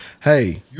hey